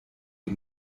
die